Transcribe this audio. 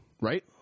right